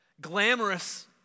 glamorous